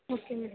okay ma'am